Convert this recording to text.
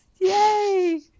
yay